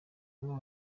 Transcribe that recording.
bamwe